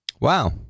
Wow